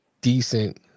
decent